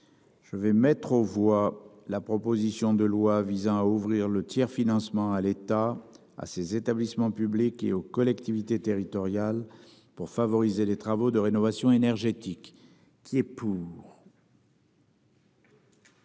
Je vais mettre aux voix, la proposition de loi visant à ouvrir le tiers-financement à l'état à ces établissements publics et aux collectivités territoriales pour favoriser les travaux de rénovation énergétique. Qui est pour.